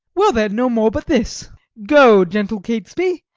well then, no more but this go, gentle catesby,